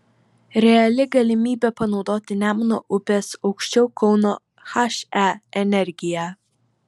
reali galimybė panaudoti nemuno upės aukščiau kauno he energiją